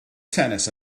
tennis